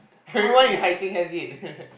everyone in Hai-Seng has it